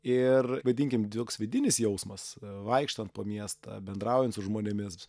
ir vadinkim toks vidinis jausmas vaikštant po miestą bendraujant su žmonėmis